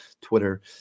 twitter